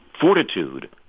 fortitude